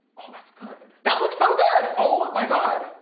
oh, that's good, that looks so good, oh my god.